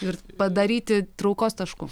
ir padaryti traukos tašku